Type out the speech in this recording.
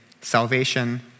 salvation